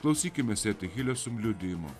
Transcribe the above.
klausykimės eti hilesium liudijimo